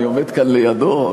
אני עומד כאן לידו,